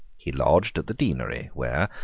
he lodged at the deanery, where,